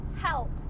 help